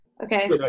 Okay